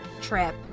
trip